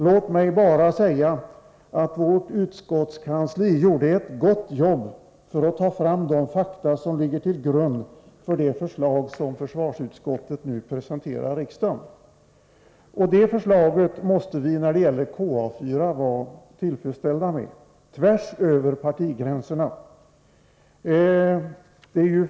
Låt mig bara säga att vårt utskottskansli gjorde ett gott jobb för att ta fram de fakta som ligger till grund för det förslag som försvarsutskottet nu presenterar riksdagen. Och det förslaget måste vi när det gäller KA 4 vara tillfredsställda med tvärs över partigränserna.